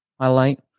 highlight